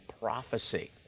prophecy